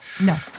No